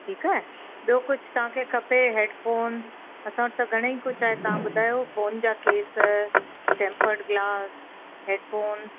ठीकु आहे ॿियो कुझु तव्हांखे खपे हैडफ़ोन असां वटि त घणेई कुझु आहे तव्हां ॿुधायो फ़ोन जा केस टैंपर्ड ग्लास हैडफ़ोन